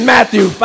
Matthew